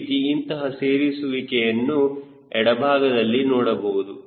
ಅದೇ ರೀತಿ ಇಂತಹ ಸೇರಿಸುವಿಕೆಯನ್ನು ಎಡಭಾಗದಲ್ಲಿ ನೋಡಬಹುದು